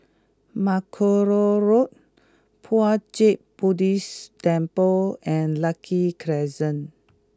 Mackerrow Road Puat Jit Buddhist Temple and Lucky Crescent